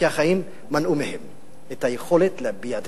כי החיים מנעו מהם את היכולת להביע דעה.